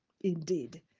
Indeed